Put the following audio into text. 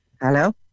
hello